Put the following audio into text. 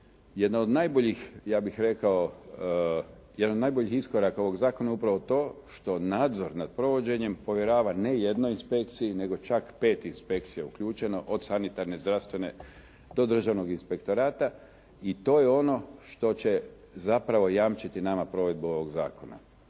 Jedna od najboljih, ja bih rekao iskoraka ovog zakona je upravo to što nadzor nad provođenjem povjerava ne jednoj inspekciji, nego čak 5 inspekcija je uključeno od sanitarne, zdravstvene, do Državnog inspektorata i to je ono što će zapravo jamčiti nama provedbu ovog zakona.